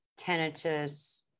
tinnitus